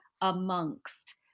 amongst